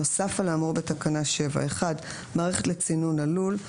נוסף על האמור בתקנה 7: מערכת לצינון הלול.